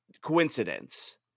coincidence